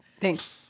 Thanks